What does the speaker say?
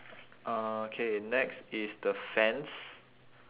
uh K next is the fence